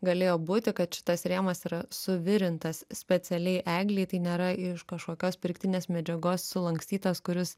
galėjo būti kad šitas rėmas yra suvirintas specialiai eglei tai nėra iš kažkokios pirktinės medžiagos sulankstytas kuris